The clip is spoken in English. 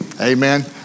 Amen